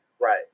Right